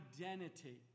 identity